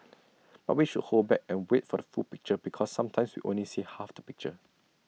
but we should hold back and wait for the full picture because sometimes we only see half the picture